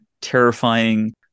terrifying